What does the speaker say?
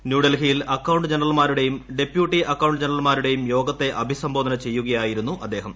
ന്യൂഡൽഹിയിൽ അക്കൌണ്ടന്റ് ജനറൽമാരുടെയും deputy accountant ജനറൽമാരുടെയും യോഗത്തെ അഭിസംബോധന ചെയ്യുകയായിരുന്നു അദ്ദേഹം